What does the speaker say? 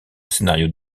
scénarios